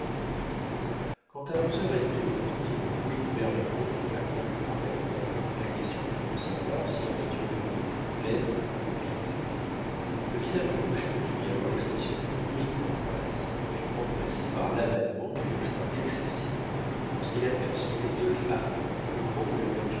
à onze heures et demie on entendit le bruit du berlingot dans la grande narette la question fut de savoir si la voiture revenait pleine ou vide le visage de rouget offrit alors l'expression d'une horrible angoisse qui fut remplacée par l'abattement d'une joie excessive lorsqu'il aperçut les deux femmes au moment où la